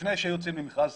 לפני שיוצאים למכרז